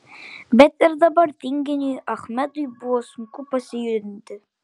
bet ir dabar tinginiui achmedui buvo sunku pasijudinti